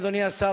אדוני השר,